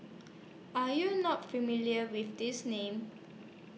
Are YOU not familiar with These Names